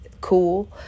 cool